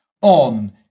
on